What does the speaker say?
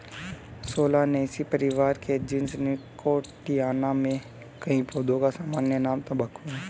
Solanaceae परिवार के genus Nicotiana में कई पौधों का सामान्य नाम तंबाकू है